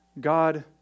God